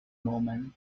moment